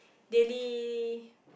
daily